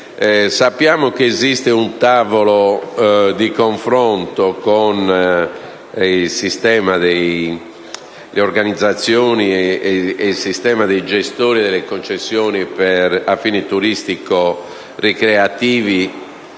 sappiamo che esiste un tavolo di confronto con il sistema delle organizzazioni ed il sistema dei gestori delle concessioni a fini turistico-ricreativi,